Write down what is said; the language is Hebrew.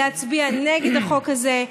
להצביע נגד החוק הזה.